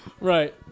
Right